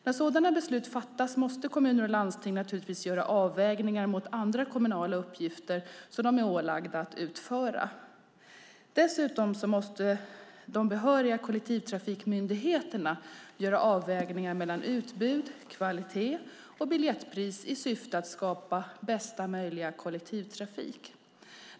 När sådana beslut fattas måste kommuner och landsting naturligtvis göra avvägningar mot andra kommunala uppgifter de är ålagda att utföra. Dessutom måste de behöriga kollektivtrafikmyndigheterna göra avvägningar mellan utbud, kvalitet och biljettpris i syfte att skapa bästa möjliga kollektivtrafik.